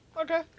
Okay